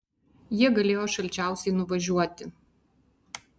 jie galėjo šalčiausiai nuvažiuoti